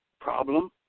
problem